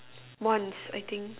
once I think